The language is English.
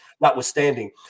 notwithstanding